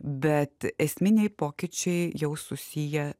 bet esminiai pokyčiai jau susiję